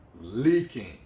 leaking